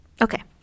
Okay